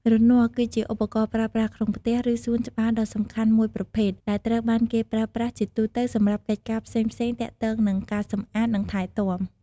រនាស់ គឺជាឧបករណ៍ប្រើប្រាស់ក្នុងផ្ទះ ឬសួនច្បារដ៏សំខាន់មួយប្រភេទ ដែលត្រូវបានគេប្រើប្រាស់ជាទូទៅសម្រាប់កិច្ចការផ្សេងៗទាក់ទងនឹងការសម្អាត និងថែទាំ។